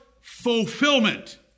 fulfillment